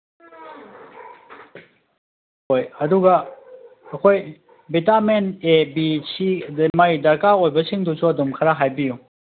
ꯍꯣꯏ ꯑꯗꯨꯒ ꯑꯩꯈꯣꯏ ꯚꯤꯇꯥꯃꯤꯟ ꯑꯦ ꯕꯤ ꯁꯤ ꯑꯗꯒꯤ ꯃꯥꯏ ꯗꯔꯀꯥꯔ ꯑꯣꯏꯕꯁꯤꯡꯗꯨꯁꯨ ꯑꯗꯨꯝ ꯈꯔ ꯍꯥꯏꯕꯤꯌꯨ